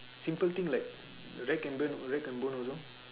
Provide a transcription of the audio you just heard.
simple thing like rag and bone rag and bone also